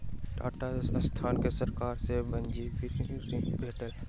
टाटा संस्थान के सरकार सॅ वाणिज्यिक ऋण भेटल